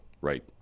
right